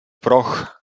proch